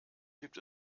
gibt